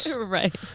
Right